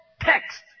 text